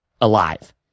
alive